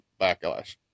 backlash